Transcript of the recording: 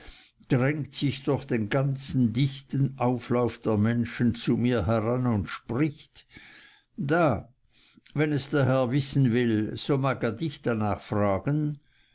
drängt sich durch den ganzen dichten auflauf der menschen zu mir heran und spricht da wenn es der herr wissen will so mag er dich danach fragen